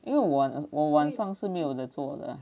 因为晚我晚上是没有了做啊